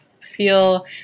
feel